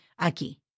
aquí